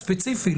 הספציפי,